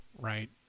right